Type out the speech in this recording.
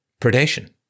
predation